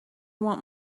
want